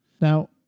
Now